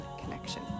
connection